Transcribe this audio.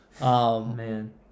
man